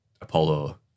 Apollo